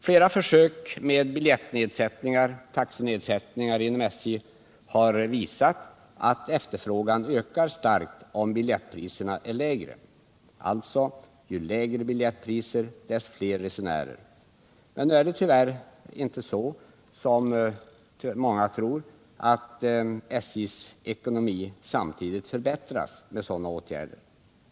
Flera försök med taxenedsättningar vid SJ har visat att efterfrågan ökar starkt om biljettpriserna är lägre. Alltså: ju lägre biljettpriser desto fler resenärer. Nu är det tyvärr inte så som många tror, att SJ:s ekonomi samtidigt förbättras genom att sådana åtgärder vidtas.